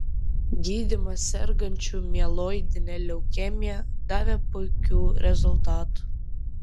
gydymas sergančių mieloidine leukemija davė puikių rezultatų